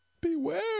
Beware